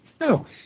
No